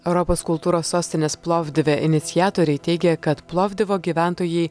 europos kultūros sostinės plovdive iniciatoriai teigė kad plovdivo gyventojai